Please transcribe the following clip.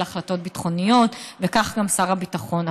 החלטות ביטחוניות וכך גם שר הביטחון.